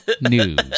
news